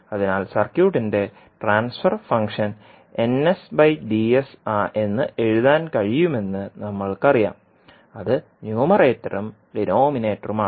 അതിനാൽ സർക്യൂട്ടിന്റെ transfer function എന്ന് എഴുതാൻ കഴിയുമെന്ന് നമ്മൾക്കറിയാം അത് ന്യൂമറേറ്ററും ഡിനോമിനേറ്ററുമാണ്